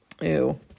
Ew